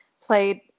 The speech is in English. played